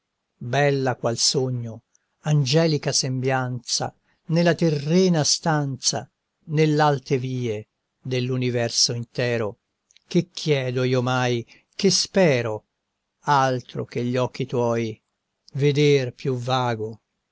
bella qual sogno angelica sembianza nella terrena stanza nell'alte vie dell'universo intero che chiedo io mai che spero altro che gli occhi tuoi veder più vago